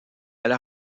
elle